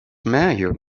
major